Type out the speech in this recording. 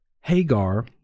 Hagar